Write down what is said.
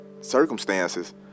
circumstances